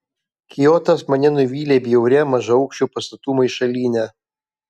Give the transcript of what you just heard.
kiotas mane nuvylė bjauria mažaaukščių pastatų maišalyne